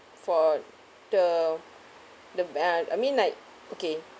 for the the uh I mean like okay